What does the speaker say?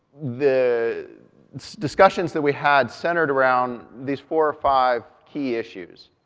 the discussions that we had centered around these four or five key issues.